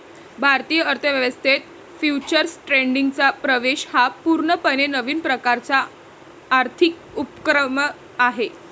भारतीय अर्थ व्यवस्थेत फ्युचर्स ट्रेडिंगचा प्रवेश हा पूर्णपणे नवीन प्रकारचा आर्थिक उपक्रम आहे